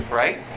right